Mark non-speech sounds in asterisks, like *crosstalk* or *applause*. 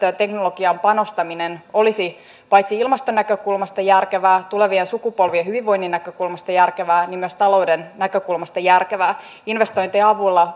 *unintelligible* ja teknologiaan panostaminen energiainvestoinnit olisi paitsi ilmaston näkökulmasta järkevää tulevien sukupolvien hyvinvoinnin näkökulmasta järkevää myös talouden näkökulmasta järkevää investointien avulla *unintelligible*